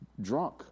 drunk